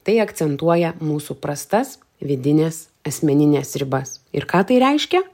tai akcentuoja mūsų prastas vidines asmenines ribas ir ką tai reiškia